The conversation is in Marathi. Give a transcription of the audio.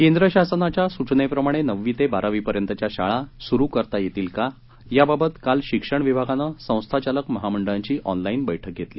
केंद्र शासनाच्या सूचनेप्रमाणे नववी ते बारावीपर्यंतच्या शाळा सूरु करता येतील का याबाबत काल शिक्षण विभागानं संस्थाचालक महामंडळांची ऑनलाईन बैठक घेतली